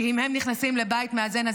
אם הם נכנסים לבית מאזן,